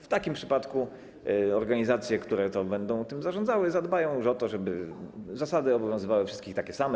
W takim przypadku organizacje, które będą tym zarządzały, zadbają już o to, żeby zasady obowiązywały wszystkich takie same.